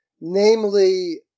namely